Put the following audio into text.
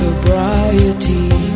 Sobriety